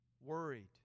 worried